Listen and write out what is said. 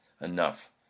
enough